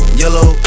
yellow